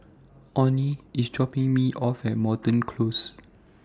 Onnie IS dropping Me off At Moreton Close